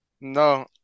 No